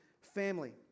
family